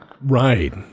Right